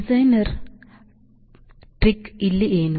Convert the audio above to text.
ಡಿಸೈನರ್ನ trick ಇಲ್ಲಿ ಏನು